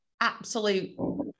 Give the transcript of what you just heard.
absolute